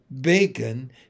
bacon